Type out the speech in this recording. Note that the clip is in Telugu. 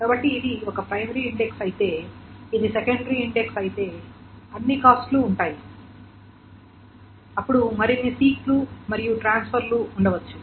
కాబట్టి ఇది ఒక ప్రైమరీ ఇండెక్స్ అయితే ఇది సెకండరీ ఇండెక్స్ అయితే అన్ని కాస్ట్ లూ ఉంటాయి అప్పుడు మరిన్ని సీక్ లు మరియు ట్రాన్స్ఫర్ లు ఉండవచ్చు